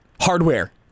hardware